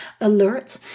alert